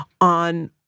on